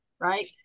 right